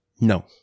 No